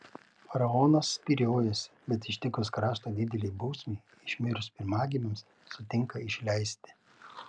faraonas spyriojasi bet ištikus kraštą didelei bausmei išmirus pirmagimiams sutinka išleisti